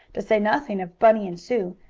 to say nothing of bunny and sue,